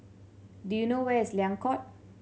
do you know where is Liang Court